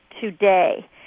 today